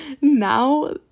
now